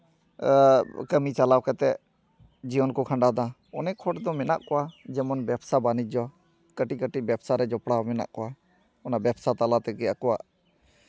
ᱠᱟᱹᱢᱤ ᱪᱟᱞᱟᱣ ᱠᱟᱛᱮ ᱡᱤᱭᱚᱱ ᱠᱚ ᱠᱷᱟᱱᱰᱟᱣᱮᱫᱟ ᱚᱱᱮᱠ ᱦᱚᱲ ᱫᱚ ᱢᱮᱱᱟᱜ ᱠᱚᱣᱟ ᱡᱮᱢᱚᱱ ᱵᱮᱵᱽᱥᱟ ᱵᱟᱱᱤᱡᱡᱚ ᱠᱟᱹᱴᱤᱡ ᱠᱟᱹᱴᱤᱡ ᱵᱮᱵᱽᱥᱟ ᱨᱮ ᱡᱚᱯᱲᱟᱣ ᱢᱮᱱᱟᱜ ᱠᱚᱣᱟ ᱚᱱᱟ ᱵᱮᱵᱽᱥᱟ ᱛᱟᱞᱟ ᱛᱮᱜᱮ ᱟᱠᱚᱣᱟᱜ